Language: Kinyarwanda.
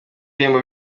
bihembo